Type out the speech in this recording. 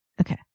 Okay